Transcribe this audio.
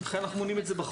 אז אני אצטרך לברר את זה.